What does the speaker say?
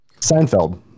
Seinfeld